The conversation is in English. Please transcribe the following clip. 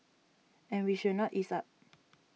and we should not ease up